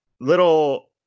little